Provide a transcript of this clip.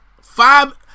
Five